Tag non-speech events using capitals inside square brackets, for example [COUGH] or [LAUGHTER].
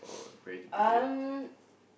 [NOISE] um